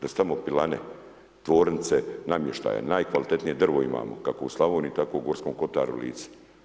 Da su tamo pilane, tvornice namještaja, najkvalitetnije drvo imamo, kako u Slavoniji, tako u Gorskom Kotaru i Lici.